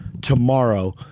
tomorrow